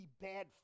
bad